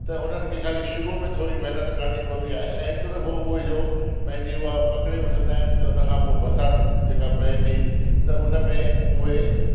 त उन्हनि खे ख़ाली शुरूअ में थोरी महिनत करिणी पवंदी आहे ऐं हिकु दफ़ो उहे जो पंहिंजी उहा पकिड़े वठंदा आहिनि त उन खां पोइ बरसाति जेका पए थी त उन में उहे